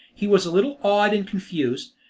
he was a little awed and confused,